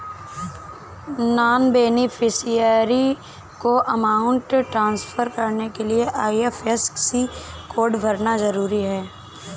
non beneficiary को amount transfer करने के लिए आई.एफ.एस.सी कोड भरना जरूरी है